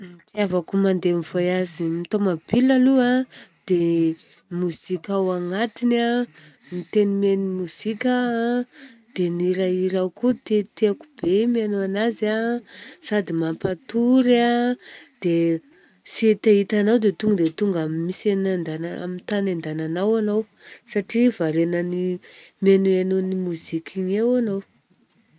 Ny hitiavako mi-voyage amin'ny tomobile aloha a, dia mozika ao agnatiny a. Miteno- miheno mozika aho a, dia ny hirahira ao koa teteko be mihaino anazy a sady mampatory a. Dia tsy hitahitanao dia tonga amin'ny misy, amin'ny tany andiananao anao satria varianan'ny mihainohaino ny mozika igny eo anao.